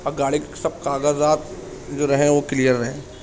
اور گاڑی کے سب کاغذات جو رہیں وہ کلیئر رہیں